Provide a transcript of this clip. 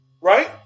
Right